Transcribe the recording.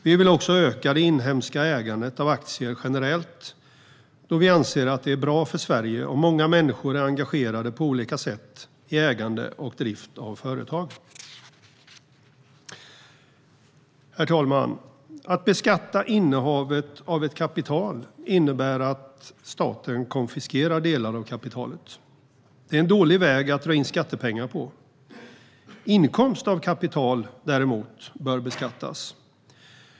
Vi vill också öka det inhemska ägandet av aktier generellt eftersom vi anser att det är bra för Sverige om många människor på olika sätt är engagerade i ägande och drift av företag. Herr talman! Att beskatta innehavet av ett kapital innebär att staten konfiskerar delar av kapitalet. Det är en dålig väg att dra in skattepengar på. Inkomst av kapital bör däremot beskattas.